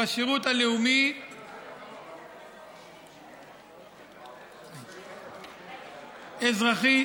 בשירות הלאומי-אזרחי.